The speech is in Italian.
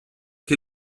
che